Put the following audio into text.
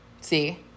See